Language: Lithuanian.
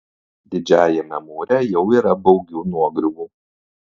didžiajame mūre jau yra baugių nuogriuvų